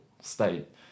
state